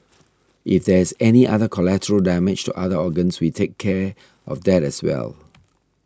if there is any other collateral damage to other organs we take care of that as well